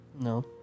No